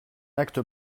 acte